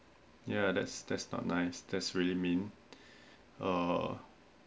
ya that's that's not nice that's really mean uh